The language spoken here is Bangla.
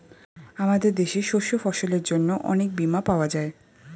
আমাদের দেশে শস্য ফসলের জন্য অনেক বীমা পাওয়া যায়